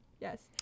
Yes